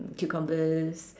cucumbers